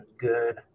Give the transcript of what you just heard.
good